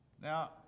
Now